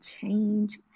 change